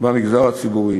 במגזר הציבורי.